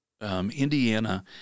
Indiana